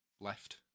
left